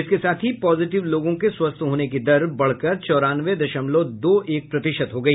इसके साथ ही पॉजिटिव लोगों के स्वस्थ होने की दर बढ़कर चौरानवे दशमलव दो एक प्रतिशत हो गई